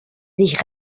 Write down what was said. sich